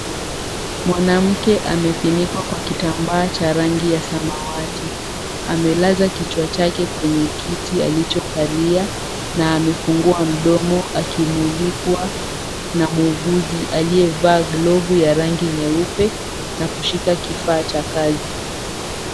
Mwanamke amefunikwa kwa kitambaa cha rangi ya samawati. Amelaza kichwa chake kwenye kiti alichokalia na amefungua mdomo akimulikwa na muuguzi aliyevaa glovu ya rangi nyeupe na kushika kifaa cha kazi.